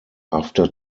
after